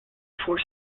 for